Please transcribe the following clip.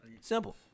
simple